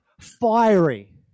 fiery